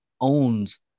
Owns